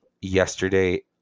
yesterday